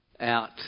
out